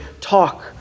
talk